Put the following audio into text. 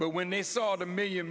but when they saw the million